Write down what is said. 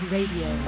Radio